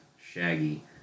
Shaggy